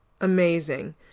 Amazing